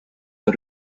the